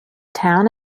town